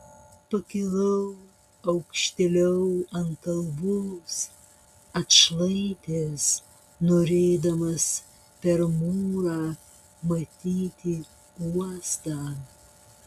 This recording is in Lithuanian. pakilau aukštėliau ant kalvos atšlaitės norėdamas per mūrą matyti uostą